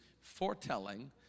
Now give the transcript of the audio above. foretelling